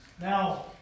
Now